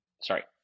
sorry